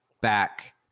back